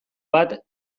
bat